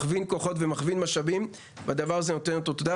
מכווין כוחות ומכווין משאבים והדבר הזה נותן את אותותיו.